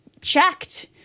checked